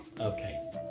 Okay